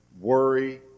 worry